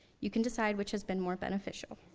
you can decide which has been more beneficial.